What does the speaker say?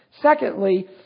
Secondly